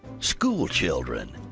school children,